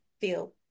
feel